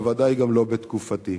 ובוודאי גם לא בתקופתי.